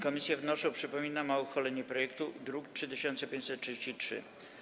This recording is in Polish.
Komisje wnoszą, przypominam, o uchwalenie projektu z druku nr 3533.